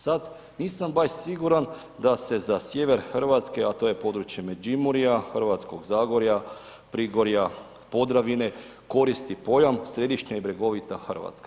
Sad nisam baš siguran da se za sjever Hrvatske a to je područje Međimurja, Hrvatskog zagorja, Prigorja, Podravina koristi pojam središnja i bregovita Hrvatska.